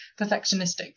perfectionistic